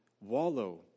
wallow